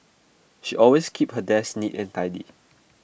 she always keeps her desk neat and tidy